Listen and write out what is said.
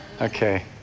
Okay